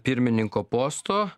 pirmininko posto